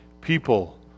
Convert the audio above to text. people